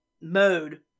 mode